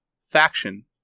Faction